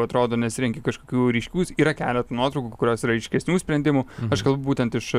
atrodo nesirenki kažkokių ryškių yra keletą nuotraukų kurios yra ryškesnių sprendimų aš kalbu būtent iš